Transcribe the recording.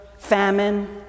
Famine